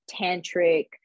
tantric